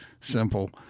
simple